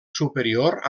superior